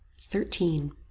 thirteen